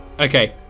Okay